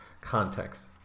context